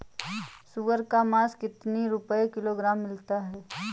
सुअर का मांस कितनी रुपय किलोग्राम मिल सकता है?